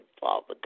Father